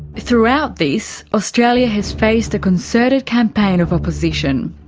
throughout this, australia has faced a concerted campaign of opposition.